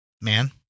man